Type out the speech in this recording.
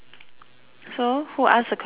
so who ask the question you